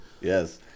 Yes